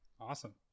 Awesome